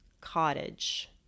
Cottage